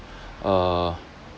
uh